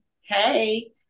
Hey